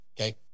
okay